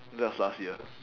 that was last year